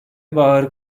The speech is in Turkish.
baharı